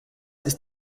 ist